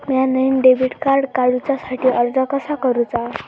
म्या नईन debit card काडुच्या साठी अर्ज कसा करूचा?